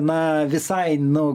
na visai nu